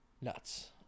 Nuts